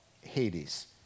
Hades